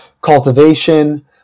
cultivation